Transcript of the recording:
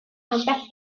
ambell